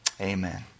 amen